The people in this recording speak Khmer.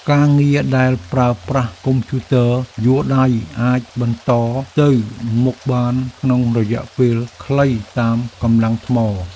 ការងារដែលប្រើប្រាស់កុំព្យូទ័រយួរដៃ អាចបន្តទៅមុខបានក្នុងរយៈពេលខ្លីតាមកម្លាំងថ្ម។